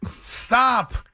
Stop